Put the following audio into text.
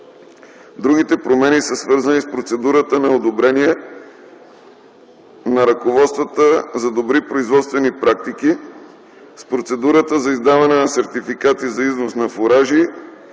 Другите промени са свързани с процедурата на одобрение на ръководствата за добри производствени практики, с процедурата за издаване на сертификати за износ на фуражи